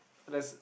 there's